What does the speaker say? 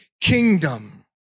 kingdom